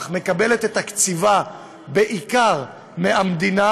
אך היא מקבלת את תקציבה בעיקר מהמדינה,